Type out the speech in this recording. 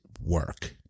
work